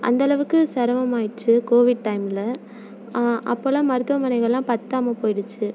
அந்தளவுக்கு சிரமமாயிடுச்சு கோவிட் டைமில் அப்போலாம் மருத்துவமனைகளெலாம் பத்தாமால் போயிடுச்சு